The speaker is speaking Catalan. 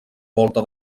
volta